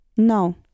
No